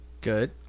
Good